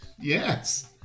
Yes